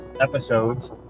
episodes